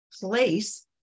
place